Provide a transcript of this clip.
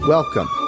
Welcome